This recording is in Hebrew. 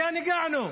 לאן הגענו?